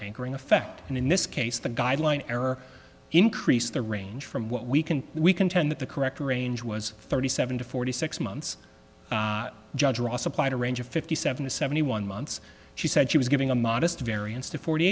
anchoring effect and in this case the guideline error increase the range from what we can we contend that the correct range was thirty seven to forty six months judge ross applied a range of fifty seven to seventy one months she said she was giving a modest variance to forty